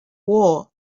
war